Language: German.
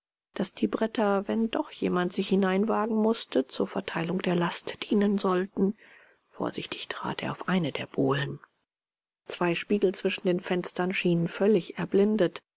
daß die bretter wenn doch jemand sich hineinwagen mußte zur verteilung der last dienen sollten vorsichtig trat er auf eine der bohlen zwei spiegel zwischen den fenstern schienen völlig erblindet